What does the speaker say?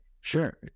Sure